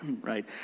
right